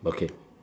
okay